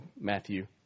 Matthew